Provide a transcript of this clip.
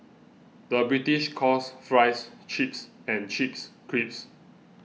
the British calls Fries Chips and Chips Crisps